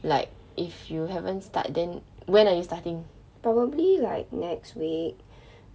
like if you haven't start then when are you starting